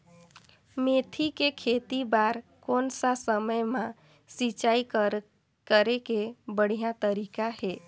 मेथी के खेती बार कोन सा समय मां सिंचाई करे के बढ़िया तारीक हे?